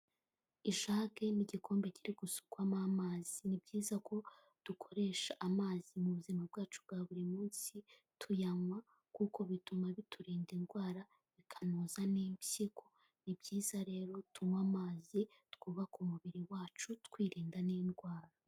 Ijage n'igikombe kiri gusukwamo amazi ni byiza ko dukoresha amazi mu buzima bwacu bwa buri munsi tuyanywa kuko bituma biturinda indwara bikanoza n'impyiko, ni byiza rero tunywe amazi twubaka umubiri wacu twirinda n'indwara.